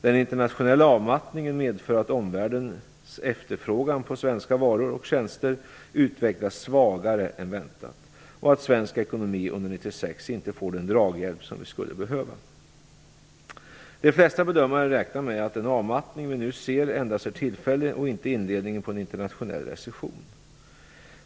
Den internationella avmattningen medför att omvärldens efterfrågan på svenska varor och tjänster utvecklas svagare än väntat och att svensk ekonomi under 1996 inte får den draghjälp som vi skulle behöva. De flesta bedömare räknar med att den avmattning vi nu ser endast är tillfällig och inte inledningen på en internationell recession.